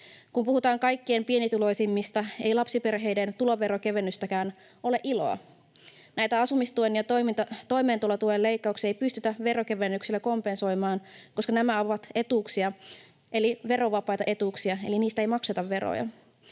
Kun puhutaan kaikkein pienituloisimmista, ei lapsiperheiden tuloveron kevennyksestäkään ole iloa. Näitä asumistuen ja toimeentulotuen leikkauksia ei pystytä veronkevennyksellä kompensoimaan, koska nämä ovat verovapaita etuuksia, eli niistä ei makseta veroja.